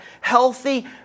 healthy